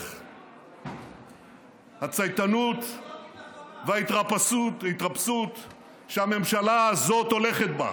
הצייתנות וההתרפסות שהממשלה הזאת הולכת בה.